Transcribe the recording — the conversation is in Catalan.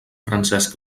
francesc